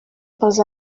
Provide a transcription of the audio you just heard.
pels